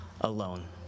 alone